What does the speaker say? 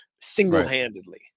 single-handedly